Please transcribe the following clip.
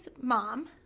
mom